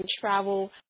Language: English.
travel